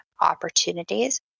opportunities